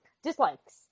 Dislikes